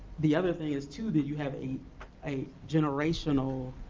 the other thing is, too, that you have a a generational